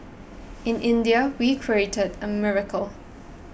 in India we've created a miracle